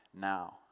now